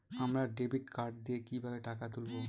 আমরা debit card দিয়ে কিভাবে টাকা তুলবো?